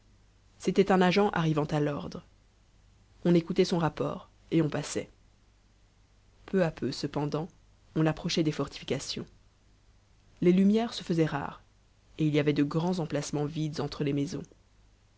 c'était un agent arrivant à l'ordre on écoutait son rapport et on passait peu à peu cependant on approchait des fortifications les lumières se faisaient rares et il y avait de grands emplacements vides entre les maisons